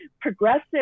progressive